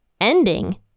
ending